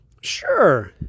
Sure